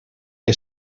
què